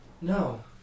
No